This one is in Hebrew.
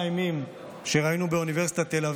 האימים שראינו באוניברסיטת תל אביב,